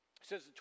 says